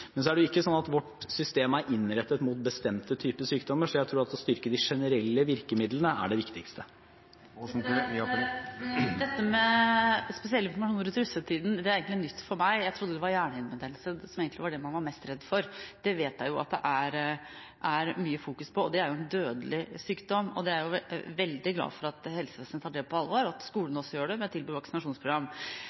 Men det er ikke sånn at vårt system er innrettet mot noen bestemte typer sykdommer, så jeg tror at å styrke de generelle virkemidlene er det viktigste. Når det gjelder spesiell informasjon rundt russetida, er det egentlig nytt for meg. Jeg trodde det var hjernehinnebetennelse som egentlig var det man var mest redd for. Det vet jeg at det er mye fokus på, og det er en dødelig sykdom. Jeg er veldig glad for at helsevesenet tar det på alvor, og at skolene også gjør det ved å tilby vaksinasjonsprogram. Det som er med